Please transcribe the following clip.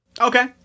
Okay